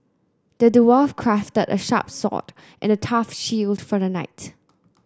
the dwarf crafted a sharp sword and a tough shield for the knight